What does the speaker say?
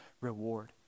reward